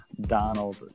Donald